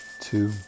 two